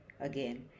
Again